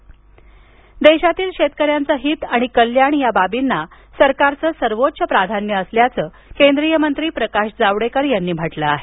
प्रकाश जावडेकर देशातील शेतकऱ्यांचे हित आणि कल्याण या बाबींना सरकारचं सर्वोच्च प्राधान्य असल्याचं केंद्रीय मंत्री प्रकाश जावडेकर यांनी म्हटलं आहे